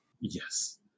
Yes